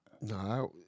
No